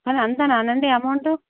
అంతనా అండి అమౌంట